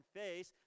face